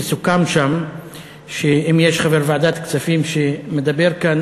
וסוכם שם שאם יש חבר ועדת כספים שמדבר כאן,